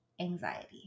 anxiety